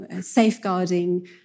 safeguarding